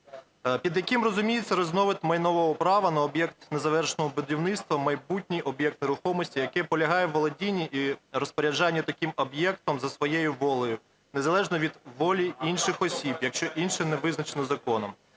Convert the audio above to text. Під яким розуміється різновид майнового права на об'єкт незавершеного будівництва в майбутній об'єкт нерухомості, який полягає у володінні і розпоряджанні таким об'єктом за своєю волею, незалежно від волі інших осіб, якщо інше не визначено законом,